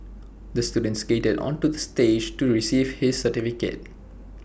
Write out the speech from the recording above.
the student skated onto the stage to receive his certificate